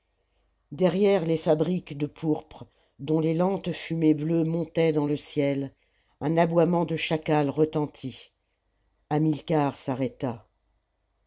derrière les fabriques de pourpre dont les lentes fumées bleues montaient dans le ciel un aboiement de chacal retentit hamilcar s'arrêta